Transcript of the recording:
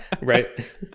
right